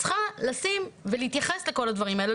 צריכה לשים ולהתייחס לכל הדברים האלה.